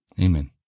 Amen